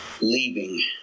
leaving